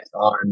on